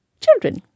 children